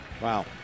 Wow